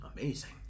Amazing